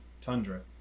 tundra